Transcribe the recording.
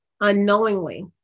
unknowingly